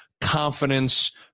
confidence